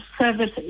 services